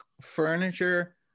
furniture